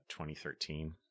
2013